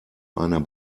einer